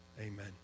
Amen